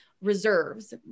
reserves